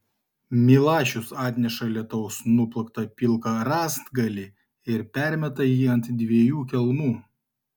milašius atneša lietaus nuplaktą pilką rąstgalį ir permeta jį ant dviejų kelmų